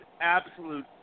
absolute